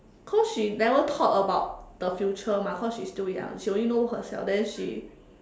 cause she never thought about the future mah cause she's still young she only know herself then she